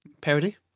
Parody